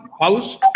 house